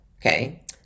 okay